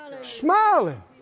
Smiling